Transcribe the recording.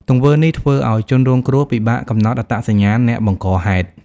ទង្វើនេះធ្វើឲ្យជនរងគ្រោះពិបាកកំណត់អត្តសញ្ញាណអ្នកបង្កហេតុ។